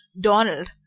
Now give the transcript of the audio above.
Donald